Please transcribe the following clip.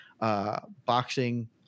Boxing